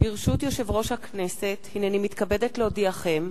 יושב-ראש הכנסת, הנני מתכבדת להודיעכם,